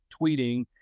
tweeting